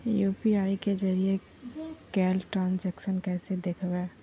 UPI के जरिए कैल ट्रांजेक्शन कैसे देखबै?